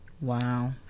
Wow